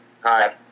Hi